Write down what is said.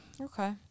Okay